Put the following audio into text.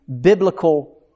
biblical